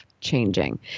changing